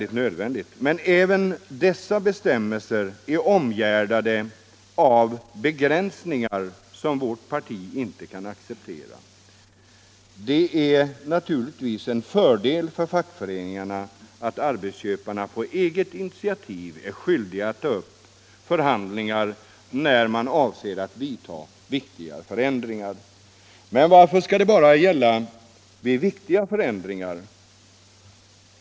Men även dessa bestämmelser är omgärdade av begränsningar som vårt parti inte kan ac ceptera. Det är naturligtvis en fördel för fackföreningarna att arbetsköparna är skyldiga att på eget initiativ ta upp förhandlingar när man avser att vidta viktigare förändringar. Men varför skall det bara gälla vid viktigare förändringar?